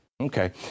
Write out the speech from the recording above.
Okay